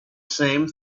same